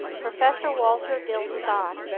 professor walter dill scott,